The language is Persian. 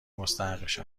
مستحقش